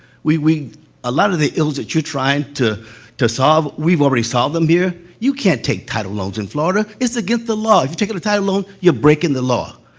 we we a lot of the ills that you're trying to to solve, we've already solved them here. you can't take title loans in florida it's against the law. if you take out a title loan, you're breaking the law.